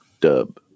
Dub